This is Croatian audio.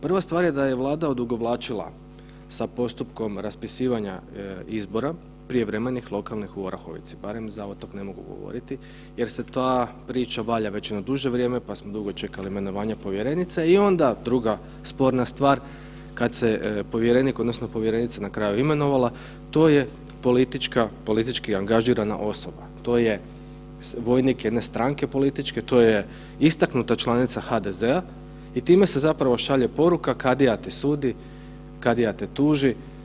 Prva stvar je da je Vlada odugovlačila sa postupkom raspisivanja izbora prijevremenih lokalnih u Orahovici, za Otok ne mogu govoriti jer se ta priča valja već jedno duže vrijeme pa smo dugo čekali imenovanje povjerenice i onda druga sporna stvar kada se povjerenik odnosno povjerenica na kraju imenovala, to je politički angažirana osoba, to je vojnik jedne stranke političke, to je istaknuta članica HDZ-a i time se zapravo šalje poruka „Kadija ti sudi, kadija te tuži“